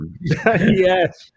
yes